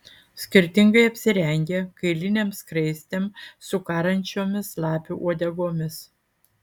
skirtingai apsirengę kailinėm skraistėm su karančiomis lapių uodegomis